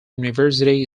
university